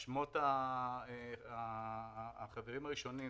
את שמות החברים הראשונים,